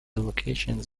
locations